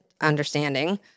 understanding